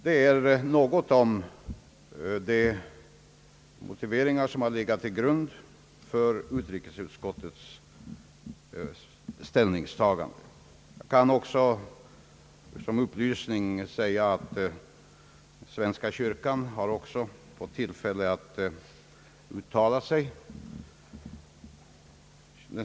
Detta är något om de motiveringar som har legat till grund för utrikesutskottets ställningstagande. Jag kan också som upplysning säga, att även svenska kyrkan har fått tillfälle att uttala sig.